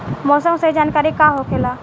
मौसम के सही जानकारी का होखेला?